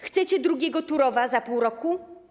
Chcecie drugiego Turowa za pół roku?